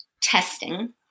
testing